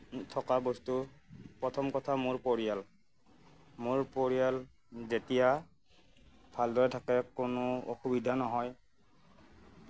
থকা বস্তু প্ৰথম কথা মোৰ পৰিয়াল মোৰ পৰিয়াল যেতিয়া ভালদৰে থাকে কোনো অসুবিধা নহয়